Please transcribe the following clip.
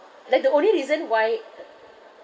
like the only reason why